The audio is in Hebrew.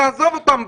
תעזוב אותם,